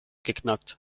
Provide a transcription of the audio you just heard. geknackt